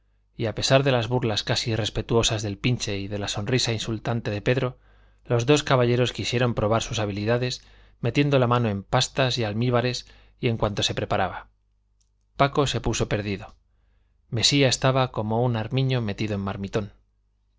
y a pesar de las burlas casi irrespetuosas del pinche y de la sonrisa insultante de pedro los dos caballeros quisieron probar sus habilidades metiendo la mano en pastas y almíbares y en cuanto se preparaba paco se puso perdido mesía estaba como un armiño metido a